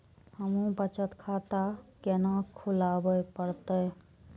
हमू बचत खाता केना खुलाबे परतें?